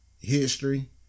history